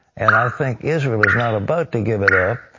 and i think israel is not about to give it up,